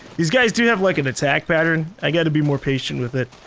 these guys do have like an attack pattern, i gotta be more patient with it.